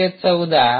११४